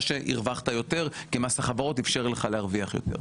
שהרווחת יותר כי מס החברות אפשר לך להרוויח יותר.